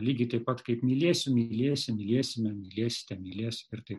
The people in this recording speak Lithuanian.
lygiai taip pat kaip mylėsiu mylėsi mylėsime mylėsite mylės ir taip